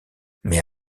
mais